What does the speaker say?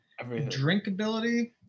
Drinkability